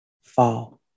fall